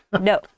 No